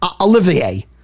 Olivier